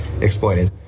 Exploited